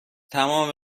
تمام